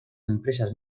empresas